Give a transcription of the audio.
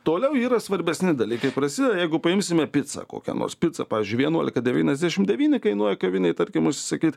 toliau yra svarbesni dalykai prasideda jeigu paimsime picą kokią nors picą pavyzdžiui vienuolika devyniasdešim devyni kainuoja kavinėj tarkim užsisakyt